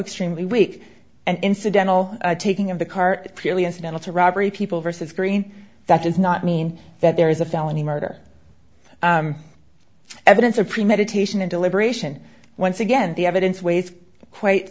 extremely weak and incidental taking of the cart purely incidental to robbery people versus green that does not mean that there is a felony murder evidence of premeditation and deliberation once again the evidence weighs quite